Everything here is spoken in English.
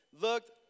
looked